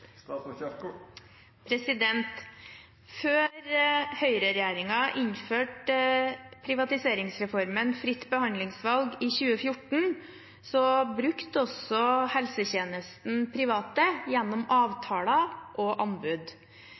Før høyreregjeringen innførte privatiseringsreformen fritt behandlingsvalg i 2014, brukte også helsetjenesten private, gjennom avtaler og anbud.